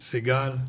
סיגל,